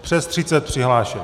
Přes třicet přihlášek.